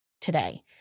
today